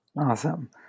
Awesome